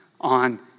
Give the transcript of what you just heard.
on